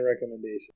recommendation